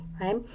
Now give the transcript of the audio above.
right